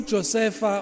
Joseph